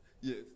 yes